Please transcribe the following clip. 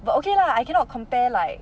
but okay lah I cannot compare like